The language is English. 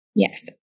Yes